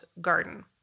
garden